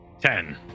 Ten